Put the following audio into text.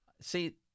See